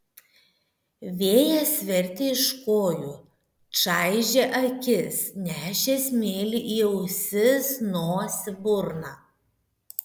vėjas vertė iš kojų čaižė akis nešė smėlį į ausis nosį burną